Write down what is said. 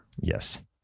Yes